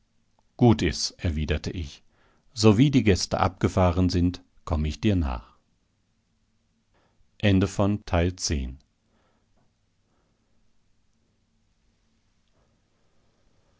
gut is erwiderte ich sowie die gäste abgefahren sind komm ich dir nach